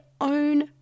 own